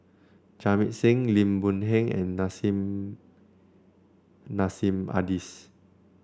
Jamit Singh Lim Boon Heng and Nissim Nassim Adis